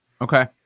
okay